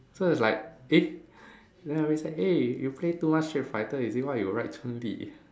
so it's like eh then I way say eh you play too much street fighter is it why you write Chun Lee